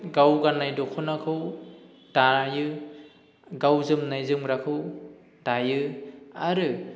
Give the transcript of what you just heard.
गाव गाननाय दख'नाखौ दायो गाव जोमनाय जोमग्राखौ दायो आरो